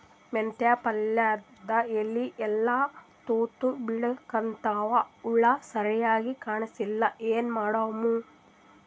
ಮೆಂತೆ ಪಲ್ಯಾದ ಎಲಿ ಎಲ್ಲಾ ತೂತ ಬಿಳಿಕತ್ತಾವ, ಹುಳ ಸರಿಗ ಕಾಣಸ್ತಿಲ್ಲ, ಏನ ಮಾಡಮು?